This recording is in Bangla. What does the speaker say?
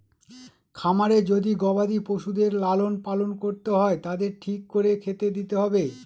খামারে যদি গবাদি পশুদের লালন পালন করতে হয় তাদের ঠিক করে খেতে দিতে হবে